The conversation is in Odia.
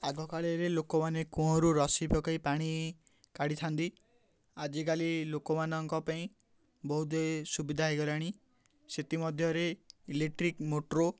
ଆଗକାଳରେ ଲୋକମାନେ କୂଅଁରୁ ରସି ପକେଇ ପାଣି କାଢ଼ିଥାନ୍ତି ଆଜିକାଲି ଲୋକମାନଙ୍କ ପାଇଁ ବହୁତ ସୁବିଧା ହେଇଗଲାଣି ସେଥିମଧ୍ୟରେ ଇଲେକ୍ଟ୍ରିକ୍ ମୋଟର